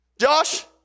Josh